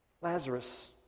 Lazarus